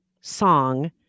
song